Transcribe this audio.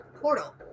portal